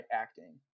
acting